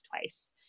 twice